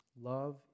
love